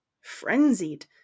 frenzied